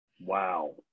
Wow